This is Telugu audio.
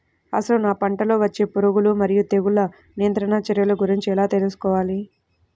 అసలు నా పంటలో వచ్చే పురుగులు మరియు తెగులుల నియంత్రణ చర్యల గురించి ఎలా తెలుసుకోవాలి?